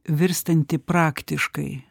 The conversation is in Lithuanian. virstanti praktiškai